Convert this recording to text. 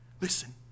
Listen